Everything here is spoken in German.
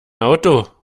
auto